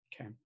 Okay